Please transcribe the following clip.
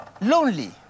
lonely